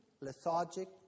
lethargic